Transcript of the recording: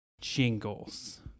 jingles